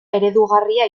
eredugarria